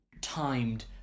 timed